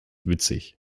witzig